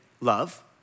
Love